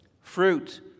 Fruit